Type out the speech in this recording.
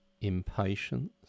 impatience